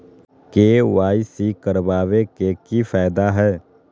KYC करवाबे के कि फायदा है?